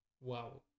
wow